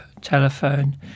telephone